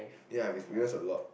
ya I've experienced a lot